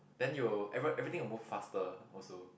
then you every everything will move faster also